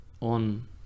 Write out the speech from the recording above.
on